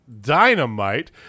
dynamite